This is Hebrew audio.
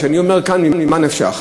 כי אני אומר כאן, ממה נפשך?